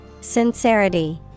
Sincerity